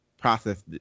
process